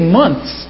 months